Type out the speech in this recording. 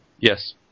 Yes